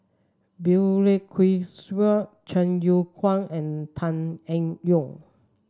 Balli Kaur Jaswal Chong Kee Hiong and Tan Eng Yoon